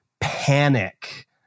panic